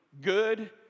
good